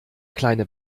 kleine